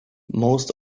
most